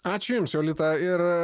ačiū jums jolita ir